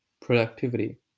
productivity